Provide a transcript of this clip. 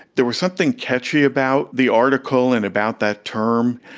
there was something catchy about the article and about that term,